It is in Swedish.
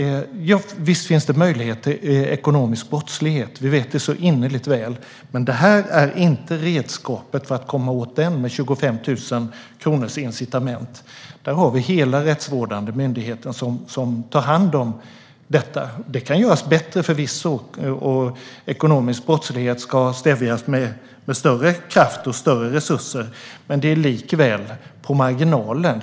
Visst finns det möjlighet till ekonomisk brottslighet - det vet vi innerligt väl. Men detta är inte redskapet för att komma åt det - ett incitament på 25 000 kronor. Vi har hela den rättsvårdande myndigheten som tar hand om detta. Det kan förvisso göras bättre, och ekonomisk brottslighet ska stävjas med större kraft och större resurser. Men det är likväl på marginalen.